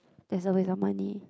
there's always your money